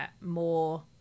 more